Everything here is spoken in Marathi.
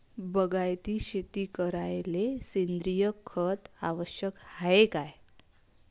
बागायती शेती करायले सेंद्रिय खत आवश्यक हाये का?